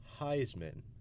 Heisman